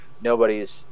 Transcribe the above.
nobody's